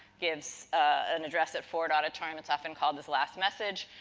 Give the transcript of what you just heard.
gives an address at ford auditorium, it's often called his last message.